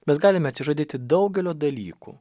mes galime atsižadėti daugelio dalykų